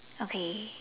okay